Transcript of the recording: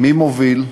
מי מוביל?